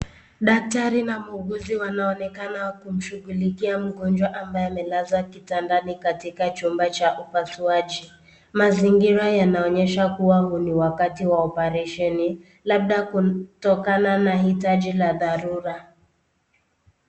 Daktari na muuguzi wanaonekana kumshughulikia mgonjwa ambaye amelazwa kitandani katika chumba cha upasuaji. Mazingira yanaonyesha kuwa huu ni wakati wa oparesheni labda kutokana na hitaji la dharura.